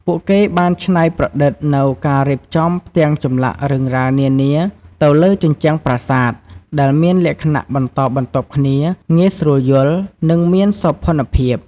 ពួកគេបានច្នៃប្រឌិតនូវការរៀបចំផ្ទាំងចម្លាក់រឿងរ៉ាវនានាទៅលើជញ្ជាំងប្រាសាទ ដែលមានលក្ខណៈបន្តបន្ទាប់គ្នា ងាយស្រួលយល់ និងមានសោភ័ណភាព។